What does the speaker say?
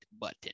button